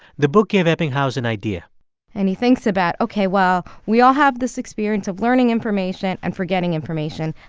the book gave ebbinghaus an idea and he thinks about, ok, well, we all have this experience of learning information and forgetting information.